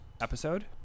episode